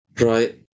Right